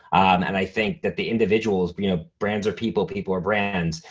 and i think that the individuals but you know brands are people, people are brands.